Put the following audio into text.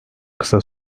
kısa